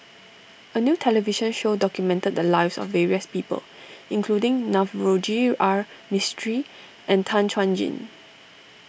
a new television show documented the lives of various people including Navroji R Mistri and Tan Chuan Jin